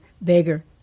beggar